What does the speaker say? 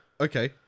okay